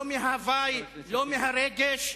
לא מההווי ולא מהרגש,